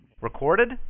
Recorded